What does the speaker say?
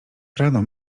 rano